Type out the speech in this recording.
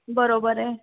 बरोबर आहे